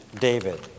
David